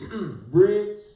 Bridge